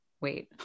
wait